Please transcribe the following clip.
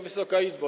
Wysoka Izbo!